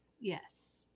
yes